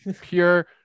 pure